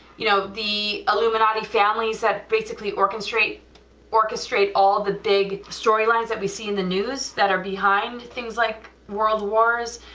you know the illumidonkey families that basically orchestrate orchestrate all the big story lines that we see in the news that are behind, things like world wars,